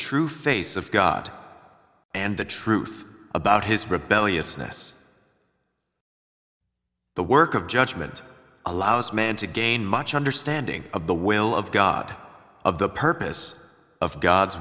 true face of god and the truth about his rebelliousness the work of judgment allows man to gain much understanding of the will of god of the purpose of god's